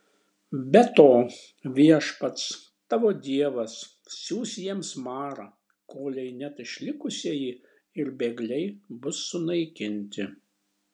be to viešpats tavo dievas siųs jiems marą kolei net išlikusieji ir bėgliai bus sunaikinti